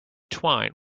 twine